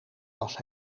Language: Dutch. was